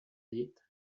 dit